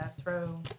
throw